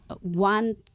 one